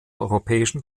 europäischen